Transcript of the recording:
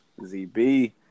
ZB